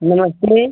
नमस्ते